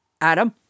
Adam